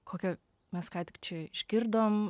kokią mes ką tik čia išgirdom